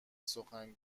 سخن